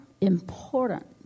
important